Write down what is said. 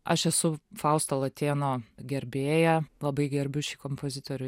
aš esu fausto latėno gerbėja labai gerbiu šį kompozitorių